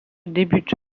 débute